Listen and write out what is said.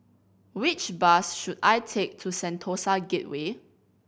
which bus should I take to Sentosa Gateway